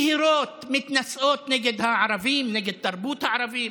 יהירות ומתנשאות נגד הערבים, נגד תרבות הערבים,